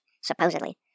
supposedly